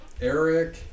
Eric